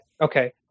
Okay